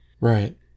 Right